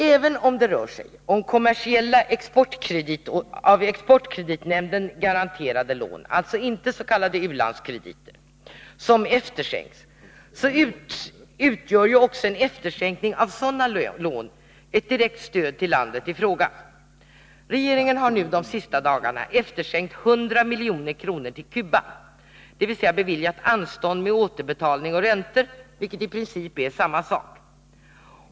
Även om det är kommersiella, av exportkreditnämnden garanterade lån, alltså inte s.k. u-landskrediter, som efterskänks utgör detta trots allt ett direkt stöd till landet i fråga. Regeringen har de senaste dagarna efterskänkt 100 milj.kr. till Cuba, dvs. beviljat anstånd med återbetalning och räntor, vilket i princip är samma sak.